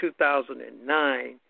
2009